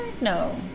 No